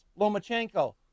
Lomachenko